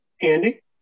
Andy